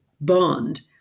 bond